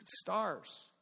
stars